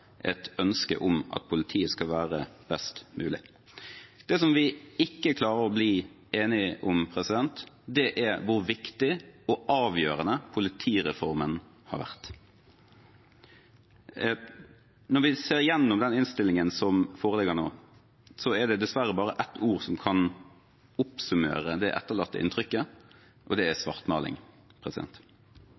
et ønske om at politiet skal være best mulig. Det som vi ikke klarer å bli enige om, er hvor viktig og avgjørende politireformen har vært. Når vi ser gjennom den innstillingen som foreligger nå, er det dessverre bare ett ord som kan oppsummere det etterlatte inntrykket, og det er